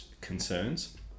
concerns